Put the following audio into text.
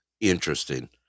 Interesting